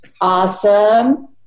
Awesome